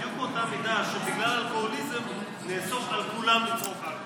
בדיוק באותה מידה שבגלל אלכוהוליזם נאסור על כולם לצרוך אלכוהול.